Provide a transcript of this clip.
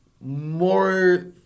more